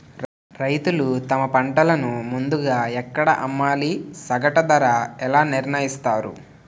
రైతులు తమ పంటను ముందుగా ఎక్కడ అమ్మాలి? సగటు ధర ఎలా నిర్ణయిస్తారు?